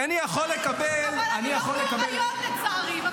אבל אני לא בהיריון, לצערי.